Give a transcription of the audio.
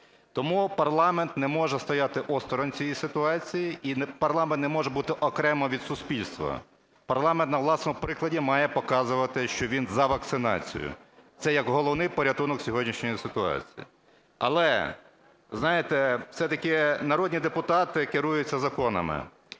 Тому парламент не може стояти осторонь цієї ситуації і парламент не може бути окремо від суспільства. Парламент на власному прикладі має показує, що він за вакцинацію. Це як головний порятунок сьогоднішньої ситуації. Але, знаєте, все-таки народні депутати керуються законами,